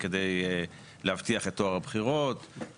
בוקר טוב לכולם.